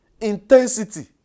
intensity